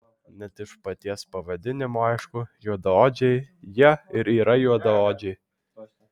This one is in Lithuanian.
net iš paties pavadinimo aišku juodaodžiai jie ir yra juodaodžiai